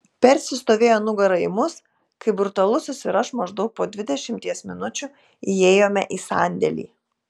persis stovėjo nugara į mus kai brutalusis ir aš maždaug po dvidešimties minučių įėjome į sandėlį